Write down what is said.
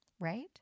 right